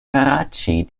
karatschi